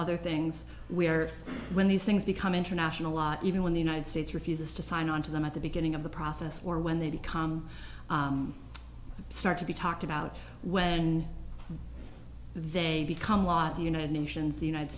other things we are when these things become international law even when the united states refuses to sign on to them at the beginning of the process or when they become start to be talked about when they become law at the united nations the united